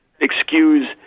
excuse